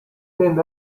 them